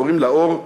קוראים לה אור,